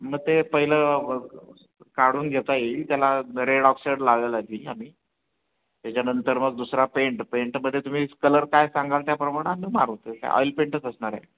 मग ते पहिलं ब काढून घेता येईल त्याला रेड ऑक्साईड लावायला घेईल आम्ही त्याच्यानंतर मग दुसरा पेंट पेंटमध्ये तुम्ही कलर काय सांगाल त्याप्रमाणे आम्ही मारू ते काय ऑइलपेंटच असणार आहे